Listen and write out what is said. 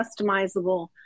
customizable